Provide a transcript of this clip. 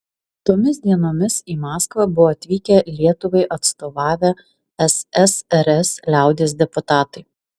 tomis dienomis į maskvą buvo atvykę lietuvai atstovavę ssrs liaudies deputatai